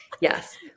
Yes